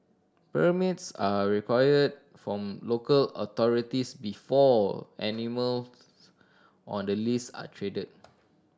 permits are required from local authorities before animals on the list are traded